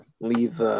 leave